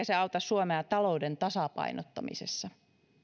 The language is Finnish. se auta suomea talouden tasapainottamisessa